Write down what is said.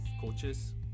coaches